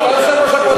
עלי?